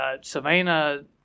Savannah